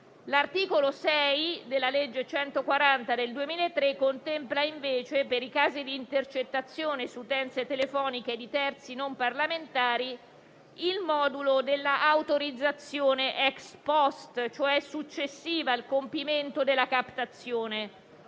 L'articolo 6 della legge n. 140 del 2003 contempla invece per i casi di intercettazione su utenze telefoniche di terzi non parlamentari il modulo della autorizzazione *ex post*, cioè successiva al compimento della captazione,